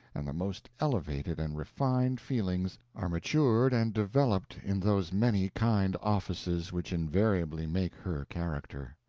and the most elevated and refined feelings are matured and developed in those many kind offices which invariably make her character.